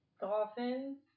dolphins